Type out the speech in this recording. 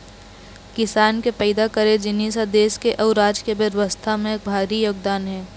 किसान के पइदा करे जिनिस ह देस के अउ राज के अर्थबेवस्था म भारी योगदान हे